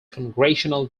congressional